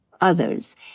others